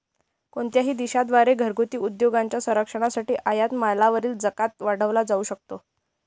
कोणत्याही देशा द्वारे घरगुती उद्योगांच्या संरक्षणासाठी आयात मालावरील जकात वाढवला जाऊ शकतो